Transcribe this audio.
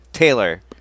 Taylor